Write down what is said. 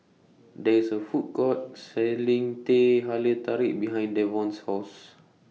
There IS A Food Court Selling Teh Halia Tarik behind Devon's House